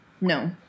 No